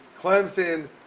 clemson